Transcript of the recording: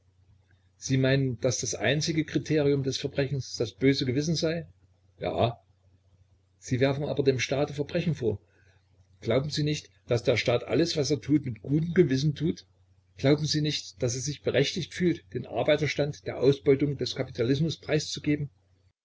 sie meinen daß das einzige kriterium des verbrechens das böse gewissen sei ja sie werfen aber dem staate verbrechen vor glauben sie nicht daß der staat alles was er tut mit gutem gewissen tut glauben sie nicht daß er sich berechtigt fühlt den arbeiterstand der ausbeutung des kapitalismus preiszugeben